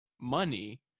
money